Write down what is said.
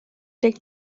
deg